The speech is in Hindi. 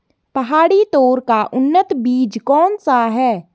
पहाड़ी तोर का उन्नत बीज कौन सा है?